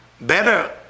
Better